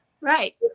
right